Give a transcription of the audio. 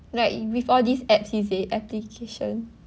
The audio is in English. like before these apps is it application